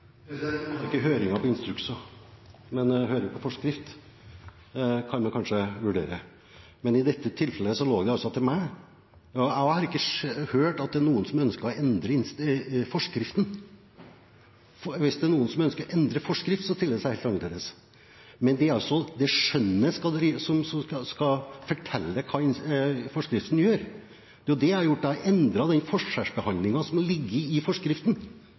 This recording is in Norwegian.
Man har ikke høringer om instrukser, men høring om forskrift kan en kanskje vurdere. Men i dette tilfellet lå det altså til meg, og jeg har ikke hørt at det er noen som ønsket å endre forskriften. Hvis det er noen som ønsker å endre forskrift, stiller det seg helt annerledes. Men når det gjelder det skjønnet som skal fortelle hva forskriften gjør: Det er det jeg har gjort – jeg har endret den forskjellsbehandlingen som har ligget i forskriften.